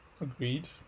Agreed